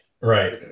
Right